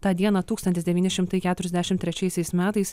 tą dieną tūkstantis devyni šimtai keturiasdešimt trečiaisiais metais